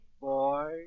boy